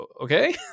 Okay